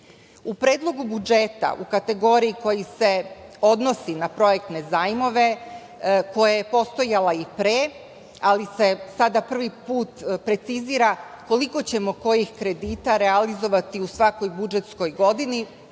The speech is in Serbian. predlogu budžeta u kategoriji koja se odnosi na projektne zajmove, koja je postajala i pre, ali se sada prvi put precizira koliko ćemo kojih kredita realizovati u svakoj budžetskoj godini,